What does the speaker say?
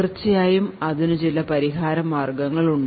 തീർച്ചയായും ഇതിനു ചില പരിഹാരമാർഗങ്ങൾ ഉണ്ട്